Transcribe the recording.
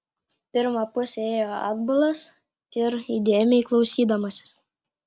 pirmą pusę ėjo atbulas ir įdėmiai klausydamasis